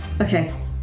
okay